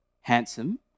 Handsome